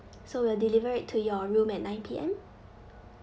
so will deliver it to your room at nine P_M